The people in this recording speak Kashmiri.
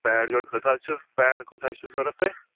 پیڑ جورِ کَژ حظ چھُ پیڑ کَژ حظ چھُو ضوٚرَتھ تۄہہِ